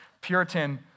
Puritan